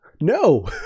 No